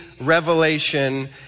revelation